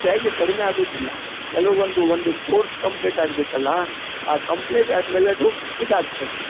ಬ್ಯಾಗ ಕಡಿಮೆ ಆಗೋದಿಲ್ಲ ಕೆಲವೊಂದು ಒಂದು ಕೋರ್ಸ್ ಕಂಪ್ಲೀಟ್ ಆಗಬೇಕಲ್ಲ ಆ ಕಂಪ್ಲೀಟ್ ಆದ ಮೇಲೆ ಅದು ಇದಾಗ್ತದೆ